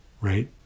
right